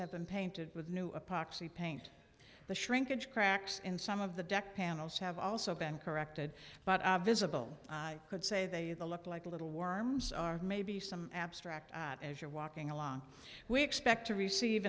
have been painted with new a poxy paint the shrinkage cracks in some of the deck panels have also been corrected but visible i could say they the look like little worms are maybe some abstract as you're walking along we expect to receive